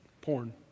Porn